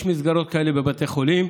יש מסגרות כאלה בבתי חולים,